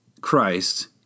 Christ